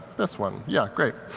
this one. yeah, great.